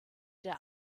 der